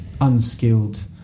unskilled